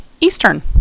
Eastern